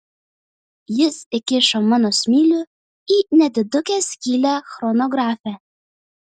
jis įkišo mano smilių į nedidukę skylę chronografe